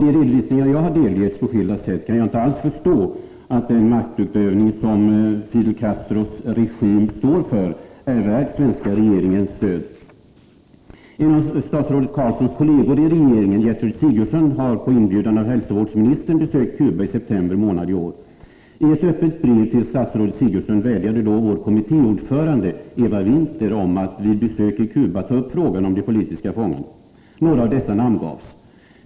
Med ledning av de redovisningar som jag på skilda sätt delgetts kan jag inte alls förstå att den maktutövning som Fidel Castros regim står för är värd den svenska regeringens stöd. En av statsrådet Carlssons kolleger i regeringen — Gertrud Sigurdsen — besökte på inbjudan av hälsovårdsministern Cuba i september månad i år. I ett öppet brev till statsrådet Sigurdsen vädjade då vår kommittéordförande Eva Winther om att statsrådet vid besöket på Cuba skulle ta upp frågan om de politiska fångarna. Några av dessa namngavs.